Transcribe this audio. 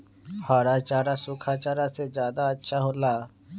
हरा चारा सूखा चारा से का ज्यादा अच्छा हो ला?